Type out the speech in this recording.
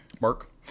Mark